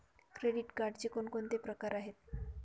Credit कार्डचे कोणकोणते प्रकार आहेत?